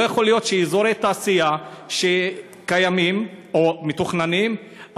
לא יכול להיות שאזורי תעשייה שקיימים או מתוכננים,